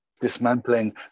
dismantling